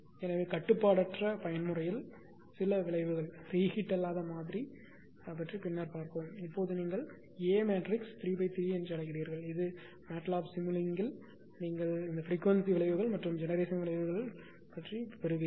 எனவே கட்டுப்பாடற்ற பயன்முறையில் சில விளைவுகள் ரீஹீட் அல்லாத மாதிரி பின்னர் பார்ப்போம் இப்போது நீங்கள் A மேட்ரிக்ஸ் 3 க்கு 3 என்று அழைக்கிறீர்கள் மேலும் மாட்லாப் சிமுலிங்கில் நீங்கள் இந்த பிரிக்வன்சி விளைவுகள் மற்றும் ஜெனெரேஷன் விளைவுகள் பெறுவீர்கள்